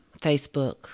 Facebook